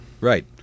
right